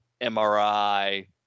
MRI